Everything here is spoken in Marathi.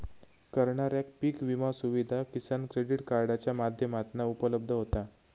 करणाऱ्याक पीक विमा सुविधा किसान क्रेडीट कार्डाच्या माध्यमातना उपलब्ध होता